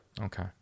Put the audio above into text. Okay